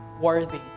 worthy